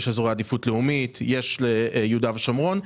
יש אזורי עדיפות לאומית, יש ליהודה ושומרון.